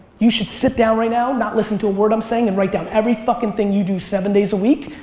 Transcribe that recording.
you should sit down right now, not listen to a word i'm saying and write down every fuckin' thing you do seven days a week.